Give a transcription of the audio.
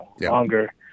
longer